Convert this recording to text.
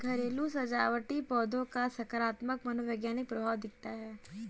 घरेलू सजावटी पौधों का सकारात्मक मनोवैज्ञानिक प्रभाव दिखता है